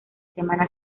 semana